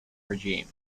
regime